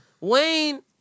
Wayne